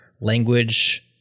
language